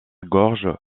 gorge